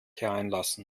hereinlassen